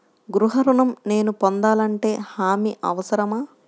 గృహ ఋణం నేను పొందాలంటే హామీ అవసరమా?